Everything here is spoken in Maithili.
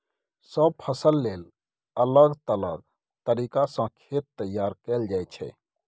सब फसल लेल अलग अलग तरीका सँ खेत तैयार कएल जाइ छै